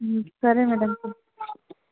సరే మ్యాడమ్